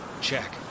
check